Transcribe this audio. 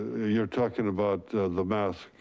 you're talking about the mask?